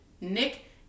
Nick